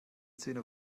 zähne